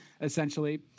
essentially